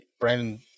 Brandon